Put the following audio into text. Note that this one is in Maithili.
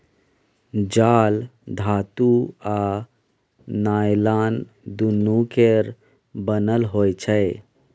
जाल धातु आ नॉयलान दुनु केर बनल होइ छै